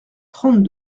trente